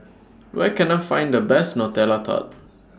Where Can I Find The Best Nutella Tart